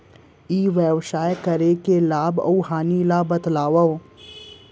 ई व्यवसाय करे के लाभ अऊ हानि ला बतावव?